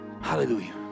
Hallelujah